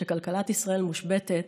כשכלכלת ישראל מושבתת,